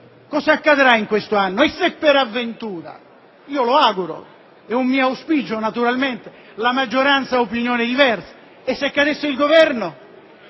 Cosa accadrà in questo anno? E se per avventura - lo auguro, è un mio auspicio naturalmente, ma la maggioranza ha opinioni diverse - cadesse il Governo?